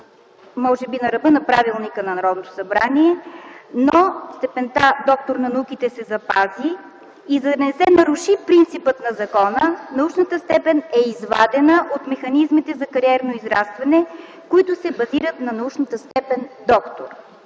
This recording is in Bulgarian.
може би на ръба на правилника на Народното събрание, но степента „доктор на науките” се запази. За да не се наруши принципът на закона, научната степен е извадена от механизмите за кариерно израстване, които се базират на научната степен „доктор”.